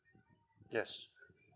yes